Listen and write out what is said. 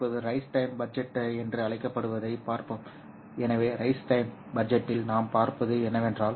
இப்போது rise time budget என்று அழைக்கப்படுவதைப் பார்ப்போம் எனவே ரைஸ் டைம் பட்ஜெட்டில் நான் பார்ப்பது என்னவென்றால்